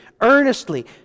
earnestly